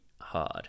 hard